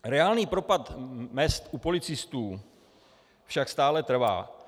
Reálný propad mezd u policistů však stále trvá.